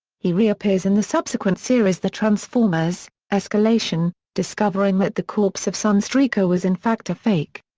he reappears in the subsequent series the transformers escalation, discovering that the corpse of sunstreaker was in fact a fake.